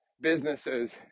businesses